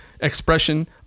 expression